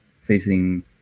facing